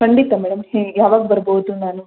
ಖಂಡಿತ ಮೇಡಮ್ ಯಾವಾಗ ಬರ್ಬೌದು ನಾನು